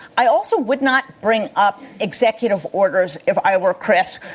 i also would not bring up executive orders if i were kris.